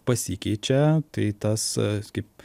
pasikeičia tai tas kaip